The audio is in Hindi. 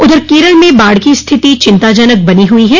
उधर केरल में बाढ़ की स्थिति चिंताजनक बनी हुई है